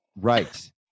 right